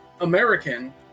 American